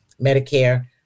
Medicare